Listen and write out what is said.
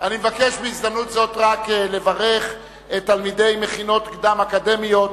אני מבקש בהזדמנות זו רק לברך תלמידי מכינות קדם-אקדמיות